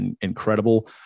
incredible